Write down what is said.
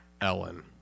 Ellen